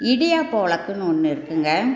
இடியாப்ப உலக்குன்னு ஒன்று இருக்குங்க